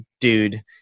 dude